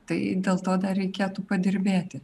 tai dėl to dar reikėtų padirbėti